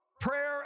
prayer